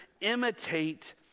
imitate